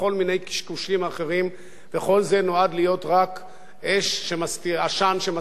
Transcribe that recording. וכל זה נועד להיות רק עשן שמסתיר את הבעיה העיקרית והחמורה,